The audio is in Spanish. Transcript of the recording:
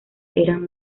eran